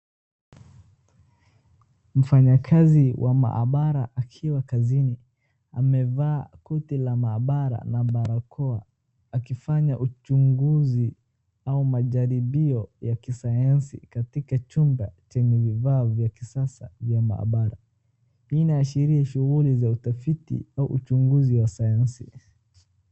Mfanyakazi wa maabara akiwa kazini. Amevaa koti la maabara na barakoa akifanya uchunguzi au majaribio ya kisayansi katika chumba chenye vivaa vya kisasa vya maabara. Hii inaashiria shughuli za utafiti au uchunguzi wa sayansi.